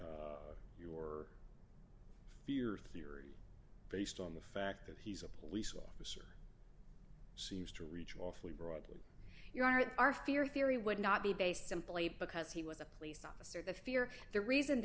your fear theory based on the fact that he's a police officer seems to reach awfully broadly your honor our fear theory would not be based simply because he was a police officer the fear the reason